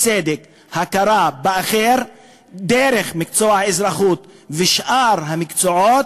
צדק והכרה באחר דרך מקצוע האזרחות ושאר המקצועות,